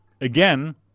again